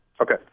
Okay